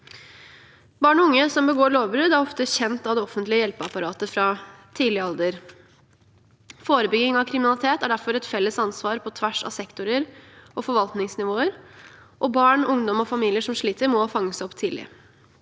Barn og unge som begår lovbrudd, er ofte kjent av det offentlige hjelpeapparatet fra tidlig alder. Forebygging av kriminalitet er derfor et felles ansvar på tvers av sektorer og forvaltningsnivåer, og barn, ungdom og familier som sliter, må fanges opp tidlig.